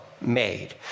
made